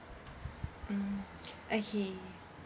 mm okay